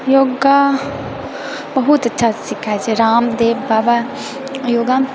योगा बहुत अच्छा सिखाबए छै रामदेव बाबा योगा